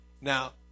now